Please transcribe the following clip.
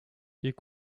est